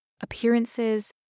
appearances